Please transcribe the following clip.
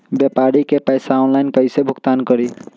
व्यापारी के पैसा ऑनलाइन कईसे भुगतान करी?